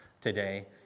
today